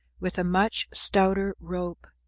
with a much stouter rope.